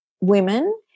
women